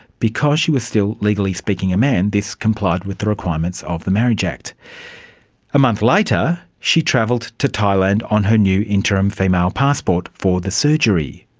because she was still legally speaking a man, this complied with the requirements of the marriage acta month later she travelled to thailand on her new interim female passport for the surgery.